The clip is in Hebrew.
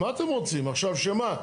מה אתם רוצים עכשיו שמה?